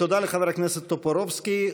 תודה לחבר הכנסת טופורובסקי.